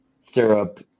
syrup